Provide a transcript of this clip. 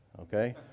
okay